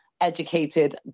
educated